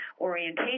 orientation